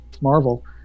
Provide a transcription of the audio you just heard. Marvel